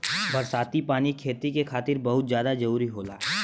बरसाती पानी खेती के खातिर बहुते जादा जरूरी होला